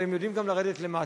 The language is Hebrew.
אבל הם יודעים גם לרדת למטה.